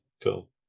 Cool